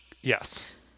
Yes